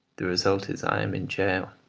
the result is i am in gaol.